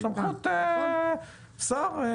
סמכות השר.